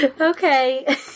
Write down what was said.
Okay